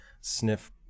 sniff